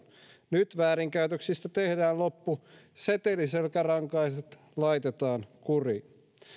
nyt väärinkäytöksistä tehdään loppu seteliselkärankaiset laitetaan kuriin